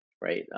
right